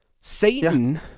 Satan